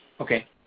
Okay